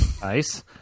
nice